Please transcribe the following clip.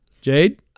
Jade